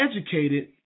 educated